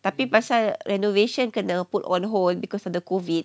tapi pasal renovation kena put on hold because of the COVID